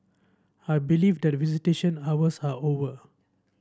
I believe that visitation hours are over